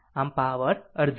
આમ પાવર અડધી છે